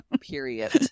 Period